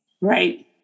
Right